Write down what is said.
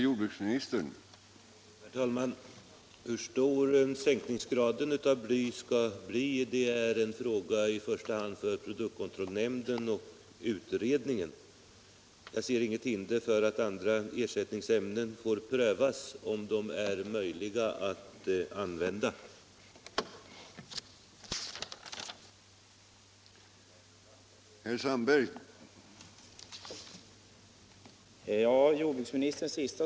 Herr talman! Hur stor sänkningen av blyhalten skall bli är en fråga för i första hand produktkontrollnämnden och utredningen. Jag ser inget hinder för att man får pröva om det är möjligt att använda ersättningsämnen.